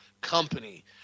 company